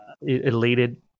elated